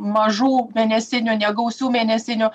mažų mėnesinių negausių mėnesinių